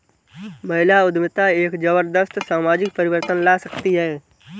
महिला उद्यमिता एक जबरदस्त सामाजिक परिवर्तन ला सकती है